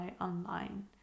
online